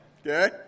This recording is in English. Okay